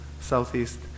southeast